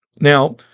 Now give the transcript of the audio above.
Now